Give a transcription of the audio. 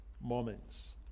moments